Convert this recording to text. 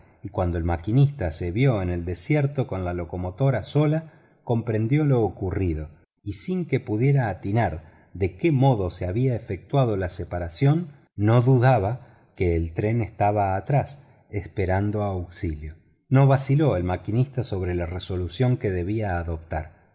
y cuando el maquinista se vio en el desierto con la locomotora sola comprendió lo ocurrido y sin que pudiera atinar de qué modo se había efectuado la separación no dudaba que el tren estaba atrás esperando auxilio no vaciló el maquinista sobre la resolucion que debía adoptar